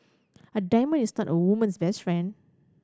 a diamond is not a woman's best friend